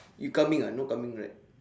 you coming ah no coming right